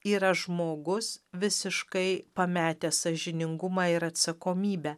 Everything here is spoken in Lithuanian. yra žmogus visiškai pametęs sąžiningumą ir atsakomybę